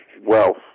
wealth